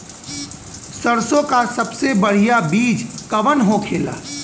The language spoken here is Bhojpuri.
सरसों का सबसे बढ़ियां बीज कवन होखेला?